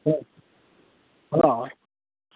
હં હં